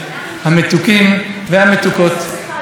ראשית אני רוצה להגיד לכם מכל הלב,